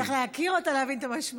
אתה צריך להכיר אותו כדי להבין את המשמעות.